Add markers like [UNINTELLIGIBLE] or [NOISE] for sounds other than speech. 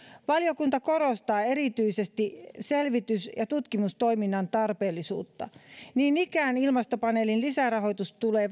valiokunta korostaa erityisesti selvitys ja tutkimustoiminnan tarpeellisuutta niin ikään ilmastopaneelin lisärahoitus tulee [UNINTELLIGIBLE]